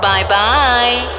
Bye-bye